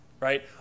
Right